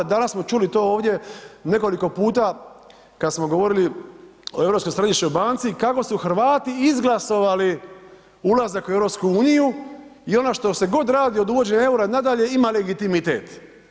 Danas smo čuli to ovdje nekoliko puta kad smo govorili o Europskoj središnjoj banci kako su Hrvati izglasali ulazak u EU i ono što se god radi od uvođenja EUR-a nadalje ima legitimitet.